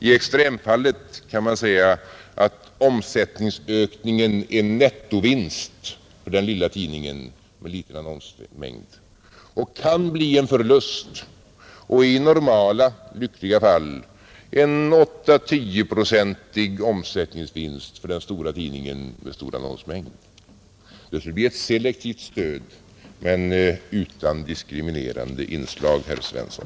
I extremfallet kan man säga att omsättningsökningen är nettovinst för den lilla tidningen med liten annonsmängd och kan bli en förlust och i normala, lyckliga fall en 8—-10-procentig omsättningsvinst för den stora tidningen med stor annonsmängd. Det skulle bli ett selektivt stöd men utan diskriminerande inslag, herr Svensson.